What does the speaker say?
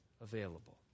available